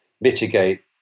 mitigate